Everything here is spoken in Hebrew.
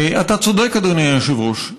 אתה צודק, אדוני היושב-ראש,